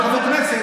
חבר כנסת,